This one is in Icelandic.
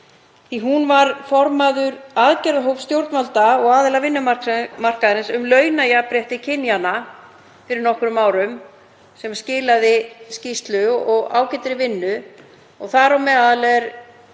Hún var formaður aðgerðahóps stjórnvalda og aðila vinnumarkaðarins um launajafnrétti kynjanna fyrir nokkrum árum sem skilaði skýrslu og ágætri vinnu. Þar á meðal er